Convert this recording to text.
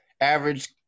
average